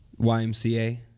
YMCA